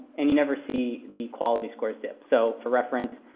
and you never see the quality scores dip. so for reference,